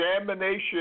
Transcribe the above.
examination